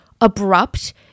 abrupt